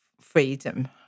freedom